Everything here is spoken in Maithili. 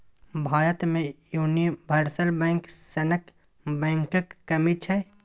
भारत मे युनिवर्सल बैंक सनक बैंकक कमी छै